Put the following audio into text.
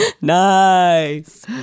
Nice